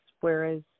whereas